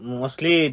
mostly